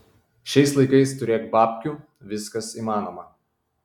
šiais laikais turėk babkių viskas įmanoma